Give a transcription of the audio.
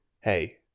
Hey